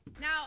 Now